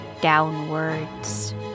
downwards